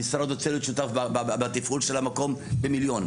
המשרד רוצה להיות שותף בתפעול של המקום במיליון.